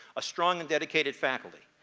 a strong and dedicated faculty.